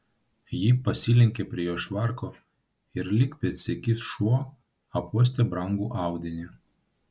ji pasilenkė prie jo švarko ir lyg pėdsekys šuo apuostė brangų audinį